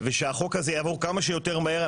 ושהחוק הזה יעבור כמה שיותר מהר.